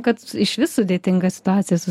kad išvis sudėtinga situacija su